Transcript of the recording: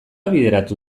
bideratu